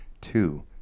two